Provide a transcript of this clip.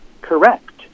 correct